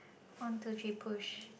one two three push